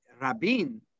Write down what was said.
rabin